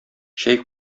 чәй